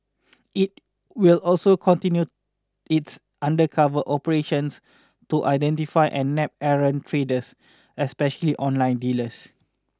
it will also continue its undercover operations to identify and nab errant traders especially online dealers